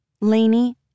Laney